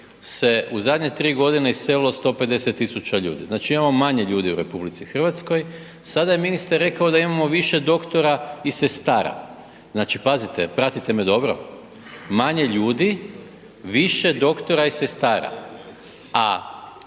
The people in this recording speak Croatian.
se u zadnje tri godine iselilo 150 tisuća ljudi, znači imamo manje ljudi u RH, sada je ministar rekao da imamo više doktora i sestara. Znači pazite, pratite me dobro, manje ljudi, više doktora i sestara, a